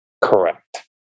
Correct